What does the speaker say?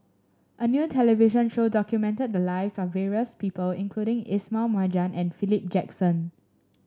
a new television show documented the lives of various people including Ismail Marjan and Philip Jackson